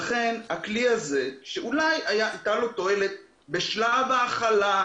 ולכן, לכלי הזה אולי הייתה תועלת בשלב ההכלה,